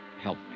Help